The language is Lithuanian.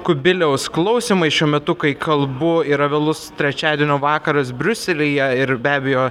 kubiliaus klausymai šiuo metu kai kalbu yra vėlus trečiadienio vakaras briuselyje ir be abejo